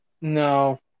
No